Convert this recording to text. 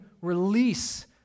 release